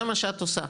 זה מה שאת עושה.